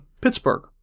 Pittsburgh